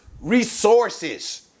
resources